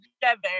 together